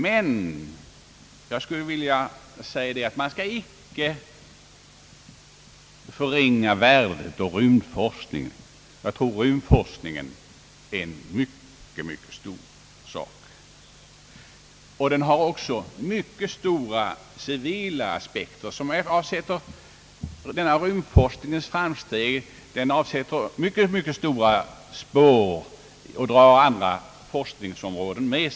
Men jag skulle vilja säga att man icke bör förringa rymdforskningens värde — jag tror att den har mycket stor betydelse och har synnerligen viktiga civila aspekter. Rymdforskningens framsteg avsätter djupa spår och påverkar utvecklingen inom andra forskningsområden.